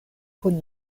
kun